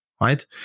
right